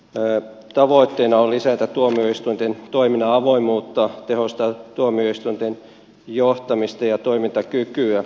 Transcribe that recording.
hallituksen esityksen tavoitteena on lisätä tuomioistuinten toiminnan avoimuutta tehostaa tuomioistuinten johtamista ja toimintakykyä